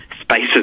spaces